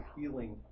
healing